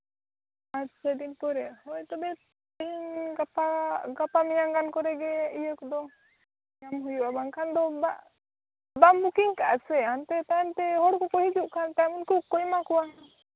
ᱯᱟᱹᱪ ᱪᱷᱚ ᱫᱤᱱ ᱯᱚᱨᱮ ᱦᱳᱭ ᱛᱚᱵᱮ ᱛᱮᱦᱤᱧ ᱜᱟᱯᱟ ᱜᱟᱯᱟ ᱢᱮᱭᱟᱝ ᱜᱟᱱ ᱠᱚᱛᱮᱜᱮ ᱤᱭᱟᱹ ᱠᱚᱫᱚ ᱧᱟᱢ ᱦᱩᱭᱩᱜᱼᱟ ᱵᱟᱝᱠᱷᱟᱱ ᱫᱚ ᱵᱟᱢ ᱵᱩᱠᱤᱝ ᱠᱟᱜᱼᱟ ᱥᱮ ᱚᱱᱛᱮ ᱛᱟᱭᱚᱢ ᱛᱮ ᱦᱚᱲ ᱠᱚᱠᱚ ᱦᱤᱡᱩᱜ ᱠᱷᱟᱱ ᱛᱟᱭᱚᱢ ᱩᱱᱠᱩ ᱠᱚᱠᱚ ᱮᱢᱟ ᱠᱚᱣᱟ